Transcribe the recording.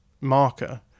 marker